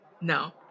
No